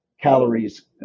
calories